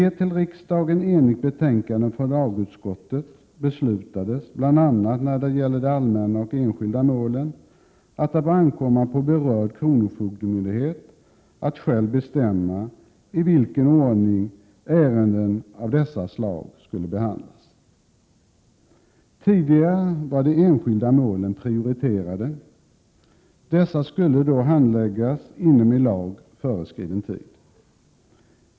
Efter ett enhälligt betänkande från lagutskottet beslutade riksdagen, bl.a. när det gäller de allmänna och enskilda målen, att det bör ankomma på berörd kronofogdemyndighet att själv bestämma i vilken ordning ärenden av dessa slag skulle behandlas. Tidigare var de enskilda målen prioriterade. Dessa skulle då handläggas inomiilag föreskriven tid.